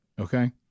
Okay